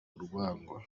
urwango